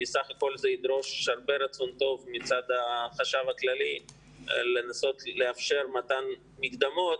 כי זה ידרוש הרבה רצון טוב מצד החשב הכללי לאפשר לתת מקדמות,